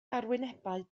arwynebau